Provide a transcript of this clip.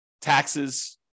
taxes